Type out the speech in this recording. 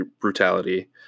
brutality